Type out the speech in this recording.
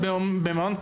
את במעון פרטי,